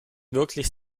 wirklich